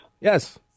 Yes